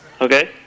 Okay